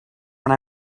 when